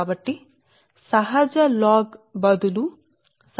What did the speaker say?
కాబట్టి మనం కేవలం ఈ సహజ log కు బదులుగా log తీసుకొన్నాము